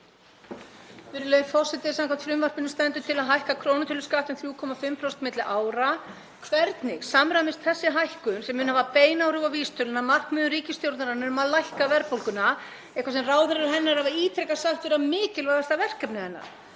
Virðulegi forseti. Samkvæmt frumvarpinu stendur til að hækka krónutöluskatta um 3,5% milli ára. Hvernig samræmist þessi hækkun, sem mun hafa bein áhrif á vísitöluna, markmiðum ríkisstjórnarinnar um að lækka verðbólguna, eitthvað sem ráðherrar hennar hafa ítrekað sagt vera mikilvægasta verkefnið hennar?